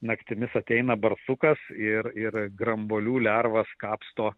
naktimis ateina barsukas ir ir grambuolių lervas kapsto